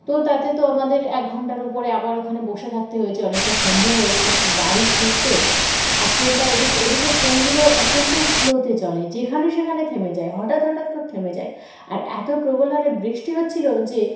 তো তাতে তো আমাদের এক ঘণ্টার উপরে আবার ওখানে বসে থাকতে হয়েছে অনেকটা সন্ধে হয়েছে বাড়ি ফিরতে আর ট্রেনটা ওদিকে ওদিকে ট্রেনগুলো অত্যন্ত স্লোতে চলে যেখানে সেখানে থেমে যায় হঠাৎ হঠাৎ করে থেমে যায় আর এত প্রবল হারে বৃষ্টি হচ্ছিল যে